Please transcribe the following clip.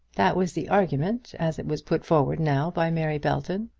that was the argument as it was put forward now by mary belton.